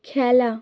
খেলা